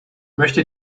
möchte